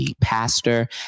Pastor